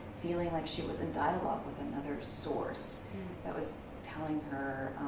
feeling like she was in dialogue with another source that was telling her,